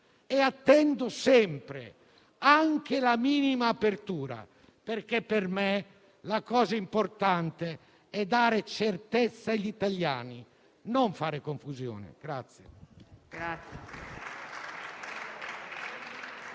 e attendo sempre anche la minima apertura, perché per me ciò che importa davvero è dare certezza agli italiani, e non fare confusione.